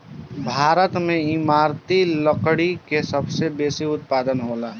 भारत में इमारती लकड़ी के सबसे बेसी उत्पादन होला